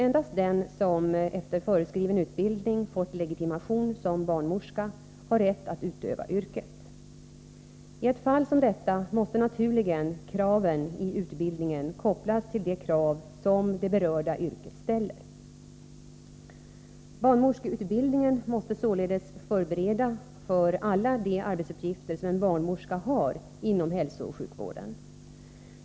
Endast den som efter föreskriven utbildning fått legitimation som barnmorska har rätt att utöva yrket. I ett fall som detta måste naturligen kraven i utbildningen kopplas till de krav som det berörda yrket ställer. Barnmorskeutbildningen måste således förbereda för alla de arbetsuppgifter som en barnmorska har inom hälsooch sjukvården.